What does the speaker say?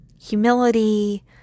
humility